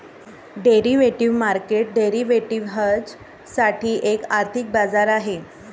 derivative market derivatives साठी एक आर्थिक बाजार आहे